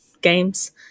games